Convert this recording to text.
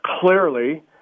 clearly